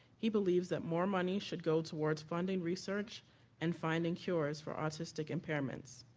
he believes that more money should go towards funding research and finding cures for autistic impairments.